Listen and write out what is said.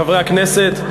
חברי הכנסת,